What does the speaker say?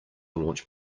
launch